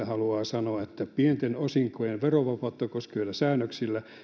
haluaa sanoa että pienten osinkojen verovapautta koskevilla säännöksillä